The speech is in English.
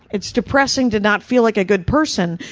it's depressing to not feel like a good person.